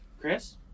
chris